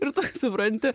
ir tu supranti